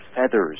feathers